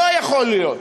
לא יכול להיות